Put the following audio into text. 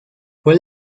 fue